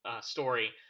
story